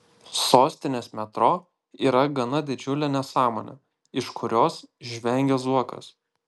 sostinės metro yra gana didžiulė nesąmonė iš kurios žvengia zuokas